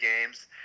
games